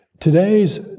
Today's